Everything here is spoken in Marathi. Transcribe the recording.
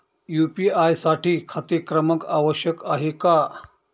यू.पी.आय साठी खाते क्रमांक आवश्यक आहे का?